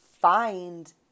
find